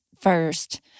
first